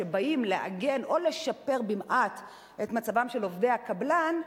שבאים לעגן או לשפר במעט את מצבם של עובדי הקבלן,